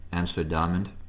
answered diamond,